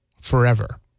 forever